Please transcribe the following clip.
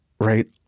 right